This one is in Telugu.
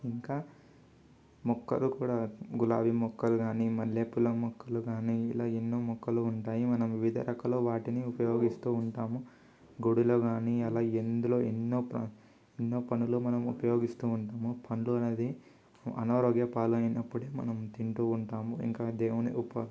ఇంకా మొక్కలు కూడా గులాబీ మొక్కలు కానీ మల్లెపూల మొక్కలు కానీ ఇలా ఎన్నో మొక్కలు ఉంటాయి మనం వివిధ రకాల వాటిని ఉపయోగిస్తూ ఉంటాము గుడిలో కానీ అలా ఎందులో ఎన్నో ప ఎన్నో పనులు మనం ఉపయోగిస్తూ ఉంటాము పండ్లు అనేది అనారోగ్య పాలు అయినప్పుడే మనం తింటూ ఉంటాము ఇంకా దేవుని ఉప